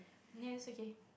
nil is okay